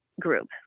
group